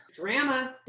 Drama